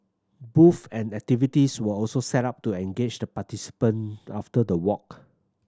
booth and activities were also set up to engage the participant after the walk